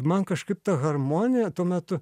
man kažkaip ta harmonija tuo metu